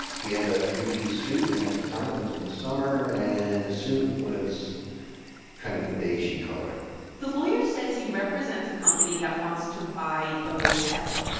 he had a three-piece suit. and at the time, it was in the summer. and the suit was kind of a beige-y color the lawyer says he represents a company that wants to buy the hotel.